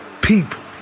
people